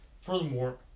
Furthermore